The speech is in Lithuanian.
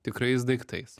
tikrais daiktais